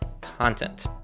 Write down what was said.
content